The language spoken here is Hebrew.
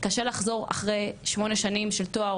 קשה לחזור אחרי שמונה שנים של תואר,